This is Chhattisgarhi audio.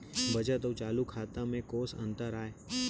बचत अऊ चालू खाता में कोस अंतर आय?